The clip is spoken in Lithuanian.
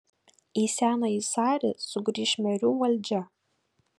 į senąjį sarį sugrįš merių valdžia